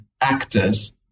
actors